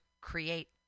create